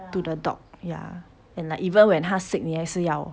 to the dog ya and like even when 它 sick 你也是要